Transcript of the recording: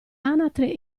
anatre